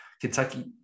Kentucky